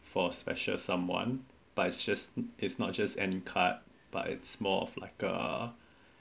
for a special someone but it's just it's just not any card but it's more of like uh